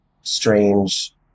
strange